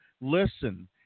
listen